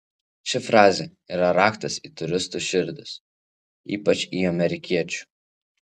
ši frazė yra raktas į turistų širdis ypač į amerikiečių